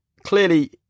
clearly